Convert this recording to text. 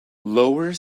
lower